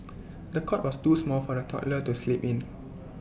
the cot was too small for the toddler to sleep in